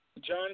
John